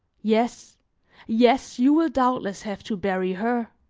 yes yes, you will doubtless have to bury her,